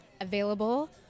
available